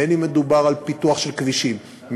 בין שמדובר על פיתוח כבישים,